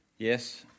Yes